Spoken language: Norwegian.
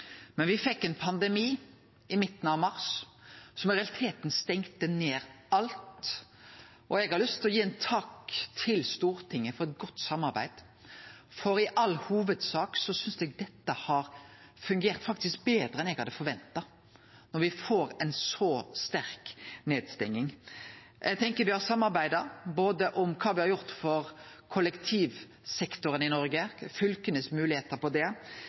Men me fekk ein pandemi i midten av mars som i realiteten stengde ned alt. Og eg har lyst til å gi ein takk til Stortinget for eit godt samarbeid, for i all hovudsak synest eg dette faktisk har fungert betre enn eg hadde forventa – når me får ei så sterk nedstenging. Eg tenkjer me har samarbeida, både om kva me har gjort for kollektivsektoren i Noreg, moglegheitene for fylka på det,